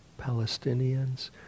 Palestinians